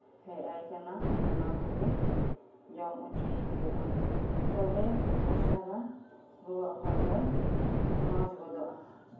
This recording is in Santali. ᱦᱮᱡ ᱟᱭ ᱠᱟᱱᱟ ᱚᱱᱟ ᱠᱚᱜᱮ ᱡᱚᱢ ᱚᱪᱚᱭᱮ ᱦᱩᱭᱩᱜᱼᱟ ᱛᱚᱵᱮ ᱩᱥᱟᱹᱨᱟ ᱨᱩᱣᱟᱹᱜ ᱦᱚᱲ ᱫᱚᱭ ᱢᱚᱡᱽ ᱜᱚᱫᱚᱜᱼᱟ